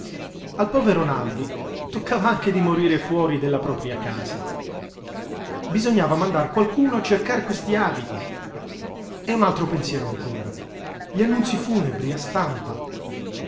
al povero naldi toccava anche di morire fuori della propria casa bisognava mandar qualcuno a cercare questi abiti e un altro pensiero ancora gli annunzi funebri a stampa